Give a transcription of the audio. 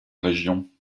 région